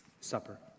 supper